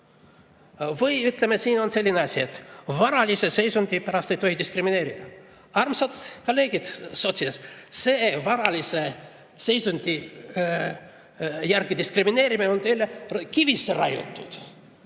Või siin on ka öeldud, et varalise seisundi pärast ei tohi diskrimineerida. Armsad kolleegid sotsid, see varalise seisundi järgi diskrimineerimine on teil kivisse raiutud.